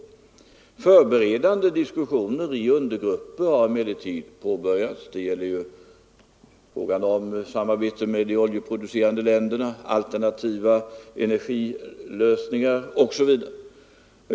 Förberedande diskussioner i undergrupper har emellertid påbörjats. De gäller frågan om samarbete med de oljeproducerande länderna, alternativa energilösningar osv.